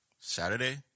Saturday